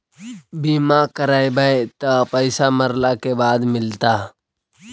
बिमा करैबैय त पैसा मरला के बाद मिलता?